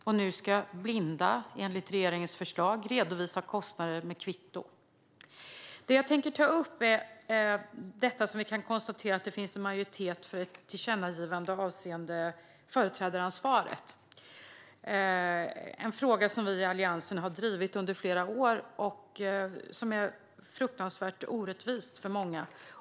Och nu ska blinda, enligt regeringens förslag, redovisa kostnader med kvitto. Vi kan konstatera att det finns en majoritet för ett tillkännagivande avseende företrädaransvaret. Det är en fråga som vi i Alliansen har drivit under flera år. Detta är fruktansvärt orättvist för många.